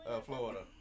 Florida